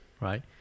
right